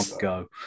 go